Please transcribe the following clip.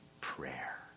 prayer